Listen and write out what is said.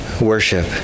worship